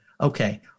Okay